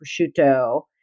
prosciutto